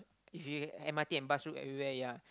if you m_r_t and bus route everywhere ya